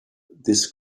this